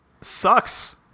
sucks